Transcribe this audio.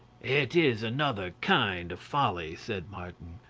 it is another kind of folly, said martin.